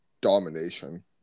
domination